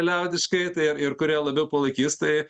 liaudiškai tai ir ir kurie labiau palaikys tai